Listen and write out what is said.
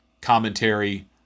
commentary